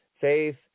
faith